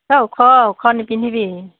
অ' ওখ ওখ নিপিন্ধিবি